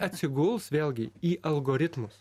atsiguls vėlgi į algoritmus